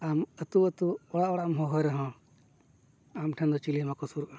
ᱟᱢ ᱟᱛᱳ ᱟᱛᱳ ᱚᱲᱟᱜ ᱚᱲᱟᱜ ᱮᱢ ᱦᱚᱦᱚᱭ ᱨᱮᱦᱚᱸ ᱟᱢᱴᱷᱮᱱ ᱫᱚ ᱪᱤᱞᱤᱦᱚᱸ ᱵᱟᱠᱚ ᱥᱩᱨᱩᱜᱼᱟ